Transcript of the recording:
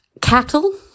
cattle